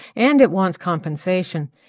and it wants compensation.